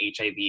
HIV